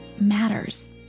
matters